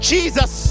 Jesus